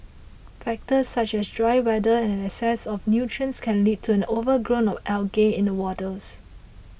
factors such as dry weather and an excess of nutrients can lead to an overgrowth of algae in the waters